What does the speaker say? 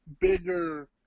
bigger